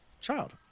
child